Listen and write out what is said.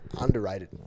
underrated